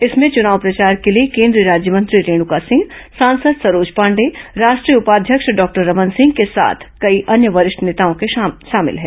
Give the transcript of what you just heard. इसमें चुनाव प्रचार के लिए केंद्रीय राज्यमंत्री रेणुका सिंह सांसद सरोज पांडेय राष्ट्रीय उपाध्यक्ष डॉक्टर रमन सिंह के साथ कई अन्य वरिष्ठ नेताओं के नाम शामिल है